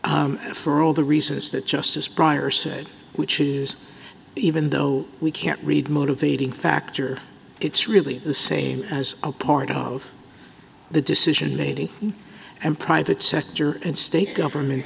remedy for all the research that justice prior said which is even though we can't read motivating factor it's really the same as a part of the decision lady and private sector and state government